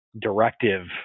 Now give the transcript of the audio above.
directive